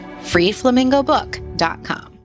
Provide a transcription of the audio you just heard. FreeFlamingoBook.com